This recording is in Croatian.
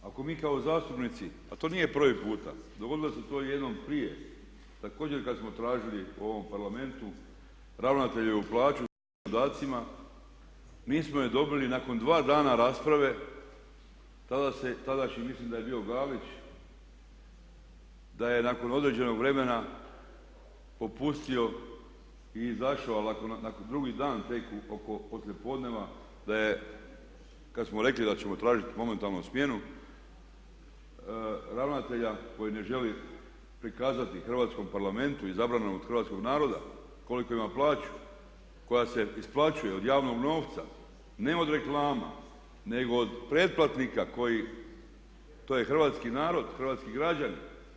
Ako mi kao zastupnici, a to nije prvi puta, dogodilo se to jednom prije, također kad smo tražili u ovom parlamentu ravnateljevu plaću sa svim dodacima, mi smo je dobili nakon dva dana rasprave, tada mislim da je bio Galić, da je nakon određenog vremena popustio i izašao nakon drugi dan tek oko poslijepodneva, da je kad smo rekli da ćemo tražiti momentalnu smjenu ravnatelja koji ne želi prikazati hrvatskom Parlamentu izabrana od hrvatskog naroda koliku ima plaću, koja se isplaćuje od javnog novca, ne od reklama nego od pretplatnika koji hrvatski narod, to je hrvatski narod, hrvatski građani.